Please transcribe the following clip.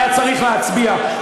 היה צריך להצביע,